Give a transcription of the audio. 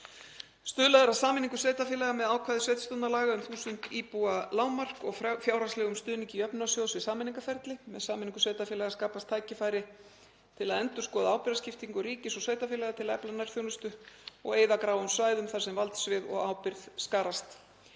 Stuðlað er að sameiningu sveitarfélaga með ákvæði sveitarstjórnarlaga um þúsund íbúa lágmark og fjárhagslegum stuðningi Jöfnunarsjóðs við sameiningarferli. Með sameiningu sveitarfélaga skapast tækifæri til að endurskoða ábyrgðarskiptingu ríkis og sveitarfélaga til að efla nærþjónustu og eyða gráum svæðum þar sem valdsvið og ábyrgð skarast.